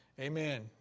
Amen